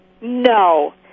no